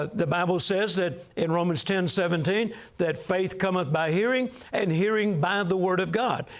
ah the bible says that in romans ten seventeen that faith commeth by hearing and hearing by the word of god.